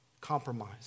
compromise